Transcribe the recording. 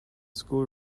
school